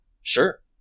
Sure